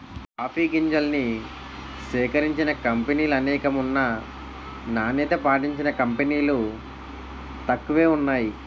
coffee గింజల్ని సేకరించిన కంపినీలనేకం ఉన్నా నాణ్యత పాటించిన కంపినీలు తక్కువే వున్నాయి